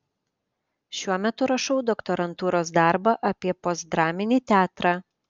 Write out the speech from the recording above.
šiuo metu rašau doktorantūros darbą apie postdraminį teatrą